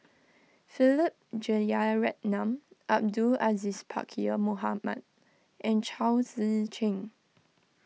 Philip Jeyaretnam Abdul Aziz Pakkeer Mohamed and Chao Tzee Cheng